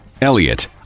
Elliot